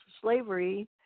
slavery